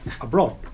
abroad